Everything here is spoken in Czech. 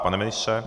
Pane ministře?